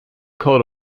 coat